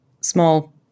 small